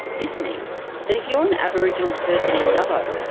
this means that if you're an aboriginal person in dubbo,